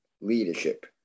leadership